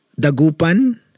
Dagupan